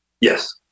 Yes